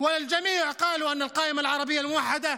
בכל הקואליציה והאופוזיציה.